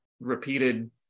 repeated